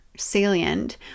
salient